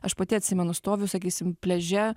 aš pati atsimenu stoviu sakysim pliaže